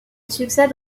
succède